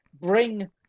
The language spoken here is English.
bring